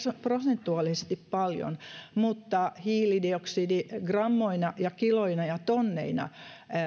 prosentuaalisesti paljon mutta hiilidioksidigrammoina ja kiloina ja tonneina